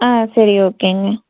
ஆ சரி ஓகேங்க